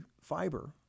fiber